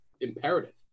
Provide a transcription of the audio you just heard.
imperative